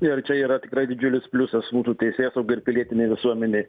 ir čia yra tikrai didžiulis pliusas mūsų teisėsaugai ir pilietinei visuomenei